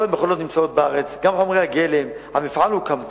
כל המכונות נמצאות בארץ,